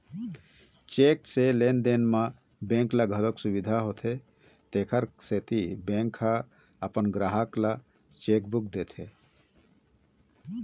cheque से लेन देन म बेंक ल घलोक सुबिधा होथे तेखर सेती बेंक ह अपन गराहक ल चेकबूक देथे